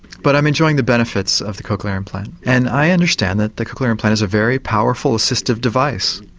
but i'm enjoying the benefits of the cochlear implant. and i understand that the cochlear implant is a very powerful assistive device.